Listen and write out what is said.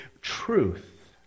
truth